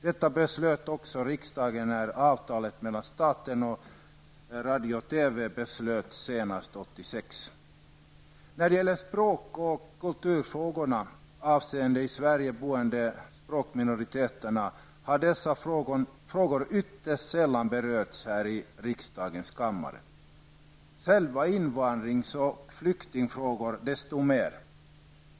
Detta beslöt också riksdagen när avtalet mellan staten och Sverige boende språkminoriteter har ytterst sällan berörts här i riksdagen, medan invandrings och flyktingfrågor berörts desto mer.